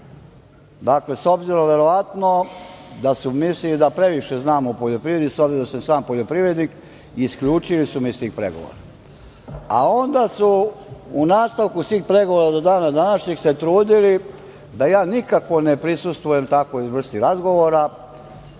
s obzirom da su verovatno mislili da previše znam o poljoprivredi, s obzirom da sam sam poljoprivrednik, isključili su me iz tih pregovora, a onda su u nastavku svih pregovora do dana današnjeg se trudili da ja nikako ne prisustvujem takvoj vrsti razgovora